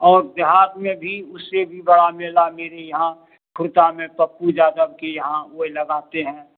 और देहात में भी उससे भी बड़ा मेला मेरे यहाँ खुर्चा में पप्पू यादव के यहाँ वे लगाते हैं